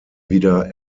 wieder